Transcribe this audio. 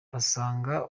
basanga